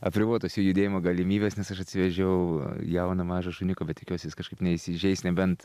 apribotos jo judėjimo galimybės nes aš atsivežiau jauną mažą šuniuką bet tikiuosi jis kažkaip neįsižeis nebent